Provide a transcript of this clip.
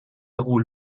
غول